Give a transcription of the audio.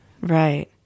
Right